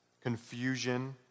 confusion